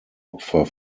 opfer